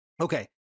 Okay